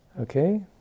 Okay